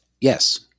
yes